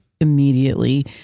immediately